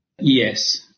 Yes